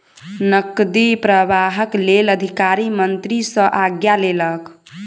नकदी प्रवाहक लेल अधिकारी मंत्री सॅ आज्ञा लेलक